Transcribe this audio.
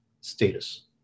status